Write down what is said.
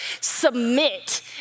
submit